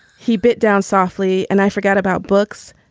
he bit down softly and i forgot about books,